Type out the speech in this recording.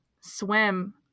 Swim